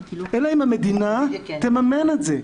אלא אם המדינה תממן את זה.